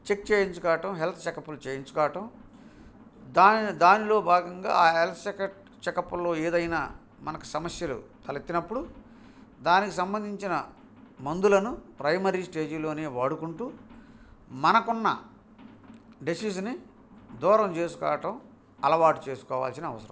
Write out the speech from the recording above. check చేయించుకోవటం health చెకప్పులు చేయించుకోవటం దానిలో భాగంగా ఆ హెల్త్ చెక చెక్అప్లో ఏదైనా మనకు సమస్యలు తలెత్తినప్పుడు దానికి సంబంధించిన మందులను ప్రైమరీ స్టేజీలో వాడుకొంటు మనకు ఉన్న డిసీస్ని దూరం చేసుకోవటం అలవాటు చేసుకోవాల్సిన అవసరం ఉంది